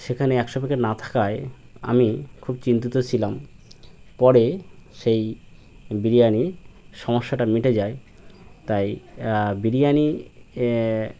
সেখানে একশো প্যাকেট না থাকায় আমি খুব চিন্তিত ছিলাম পরে সেই বিরিয়ানির সমস্যাটা মিটে যায় তাই বিরিয়ানি